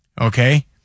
okay